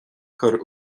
chuir